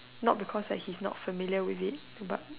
not because like he's not familiar with it but